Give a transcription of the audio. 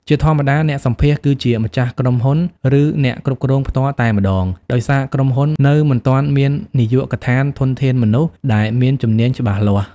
ជាធម្មតា អ្នកសម្ភាសន៍គឺជាម្ចាស់ក្រុមហ៊ុន ឬអ្នកគ្រប់គ្រងផ្ទាល់តែម្ដង ដោយសារក្រុមហ៊ុននៅមិនទាន់មាននាយកដ្ឋានធនធានមនុស្សដែលមានជំនាញច្បាស់លាស់។